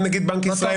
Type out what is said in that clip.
גם נגיד בנק ישראל.